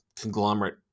conglomerate